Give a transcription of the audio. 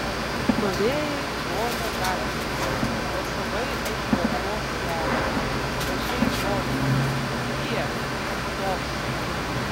stovėjai klonio gatvėje balsavai už drąsos kelią rašei žodį tie sos